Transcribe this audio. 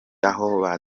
aho